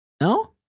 No